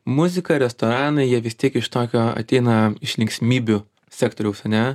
muzika restoranai jie vis tiek iš tokio ateina iš linksmybių sektoriaus ane